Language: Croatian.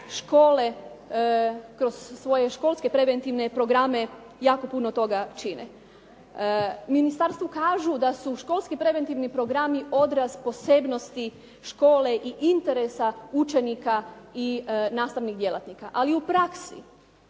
škole kroz svoje školske preventivne programe jako puno toga čine. U ministarstvu kažu da su školski preventivni programi odraz posebnosti škole i interesa učenika i nastavnih djelatnika. Ali u praksi